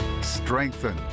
strengthen